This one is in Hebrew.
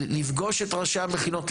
לפגוש את ראשי המכינות,